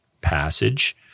passage